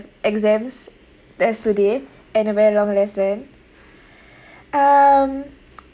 exams that's today and a very long lesson um